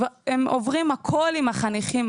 הם עוברים הכול עם החניכים.